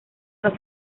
dos